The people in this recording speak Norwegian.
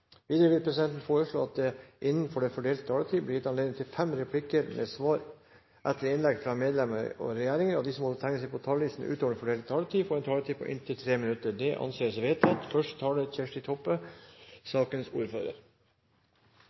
Videre vil presidenten foreslå at det blir gitt anledning til fem replikker med svar etter innlegg fra medlemmer av regjeringen innenfor den fordelte taletid, og at de som måtte tegne seg på talerlisten utover den fordelte taletid, får en taletid på inntil 3 minutter. – Det anses vedtatt.